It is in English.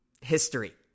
history